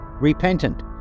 Repentant